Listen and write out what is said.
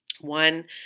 One